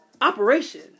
operation